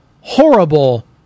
horrible